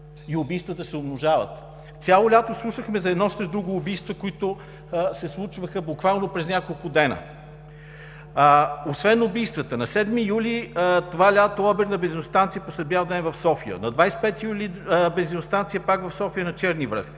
и убийствата се умножават. Цяло лято слушахме за едно след друго убийства, които се случваха буквално през няколко дена. Освен убийствата, на 7 юли това лято – обир на бензиностанция посред бял ден в София; на 25 юли – на бензиностанция, пак в София на бул. „Черни